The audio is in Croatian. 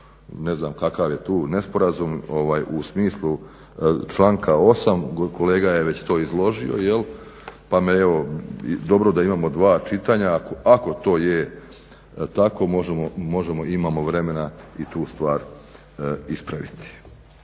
ne znam kakav je tu nesporazum u smislu članka 8., kolega je to već izložio pa me evo, dobro je da imamo dva čitanja, ako to je tako možemo, imamo vremena i tu stvar ispraviti.